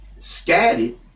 scattered